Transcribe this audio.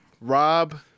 Rob